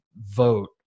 vote